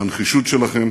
על הנחישות שלכם,